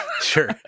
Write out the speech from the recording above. Sure